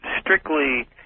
strictly